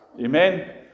Amen